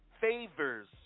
favors